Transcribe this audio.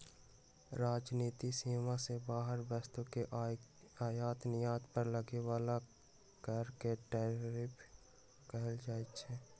राजनीतिक सीमा से बाहर वस्तु के आयात निर्यात पर लगे बला कर के टैरिफ कहल जाइ छइ